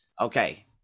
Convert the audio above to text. Okay